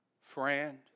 Friend